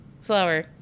slower